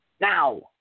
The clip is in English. now